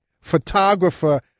Photographer